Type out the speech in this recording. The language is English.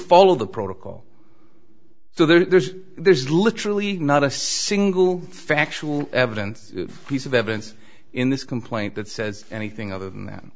follow the protocol so there's there's literally not a single factual evidence piece of evidence in this complaint that says anything other than that